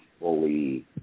fully